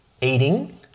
eating